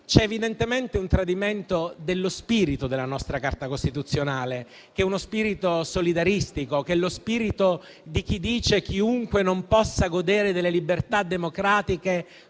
c'è evidentemente un tradimento dello spirito della nostra Carta costituzionale, che è uno spirito solidaristico, che è lo spirito di chi dice che chiunque non possa godere delle libertà democratiche